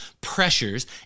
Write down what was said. pressures